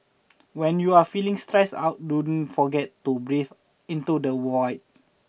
when you are feeling stressed out don't forget to breathe into the void